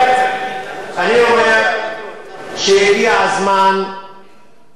שהגיע הזמן לשנות תפיסה.